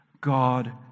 God